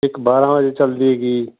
ਇੱਕ ਬਾਰ੍ਹਾਂ ਵਜੇ ਚੱਲਦੀ ਹੈਗੀ